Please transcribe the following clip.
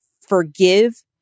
forgive